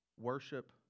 worship